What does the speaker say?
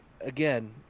again